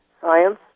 Science